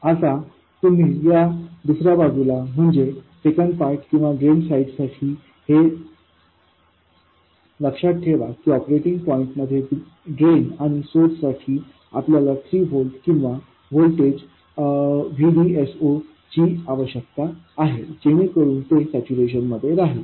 आता तुम्ही या दुसर्या बाजू ला म्हणजे सेकंड पोर्ट किंवा ड्रेन साइड साठी हे लक्षात ठेवा की ऑपरेटिंग पॉईंटमध्ये ड्रेन आणि सोर्स साठी आपल्याला 3 व्होल्ट किंवा व्होल्टेज VDS0ची आवश्यकता आहे जेणेकरून ते सॅच्युरेशनमध्ये राहील